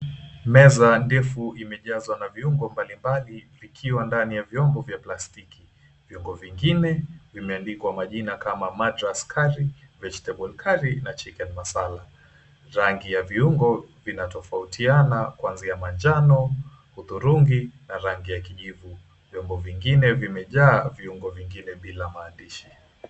Meza ndefu imejazwa na viungo mbalimbali vikiwa ndani ya vyombo vya plastiki, vyombo vingine vimandikwa majina kama MADRAS CURRY, VEGETABLE CURRY NA CHICHEN MASALA. Rangi ya viungo vinatofautana kwanzia manjano, hudhurungi na rangi ya kijivu, vyombo vingine vimejaa viungo vingine bila maandishi.